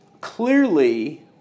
clearly